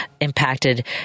impacted